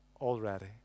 already